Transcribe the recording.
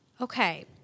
Okay